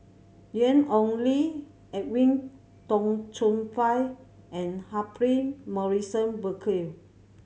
Ian Ong Li Edwin Tong Chun Fai and Humphrey Morrison Burkill